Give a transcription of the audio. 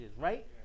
right